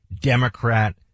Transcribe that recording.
Democrat